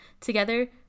together